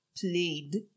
Played